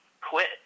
quit